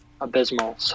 abysmal